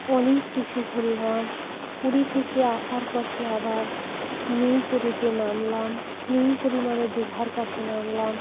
অনেক কিছু ঘুরলাম পুরী থেকে আসার পথে আবার নিউ পুরীতে নামলাম নিউ পুরী মানে দিঘার কাছে নামলাম